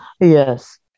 Yes